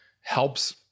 helps